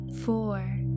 four